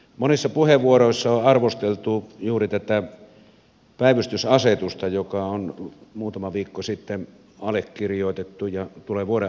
monissa puheenvuoroissa on arvosteltu juuri tätä päivystysasetusta joka on muutama viikko sitten allekirjoitettu ja tulee vuoden alussa voimaan